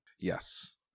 Yes